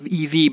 EV